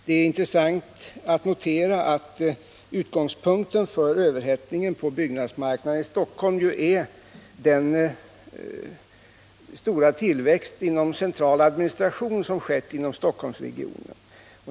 Det är intressant att notera att utgångspunkten för överhettningen på byggnadsmarknaden i Stockholm ju är den stora tillväxt inom central administration som skett inom Stockholmsregionen.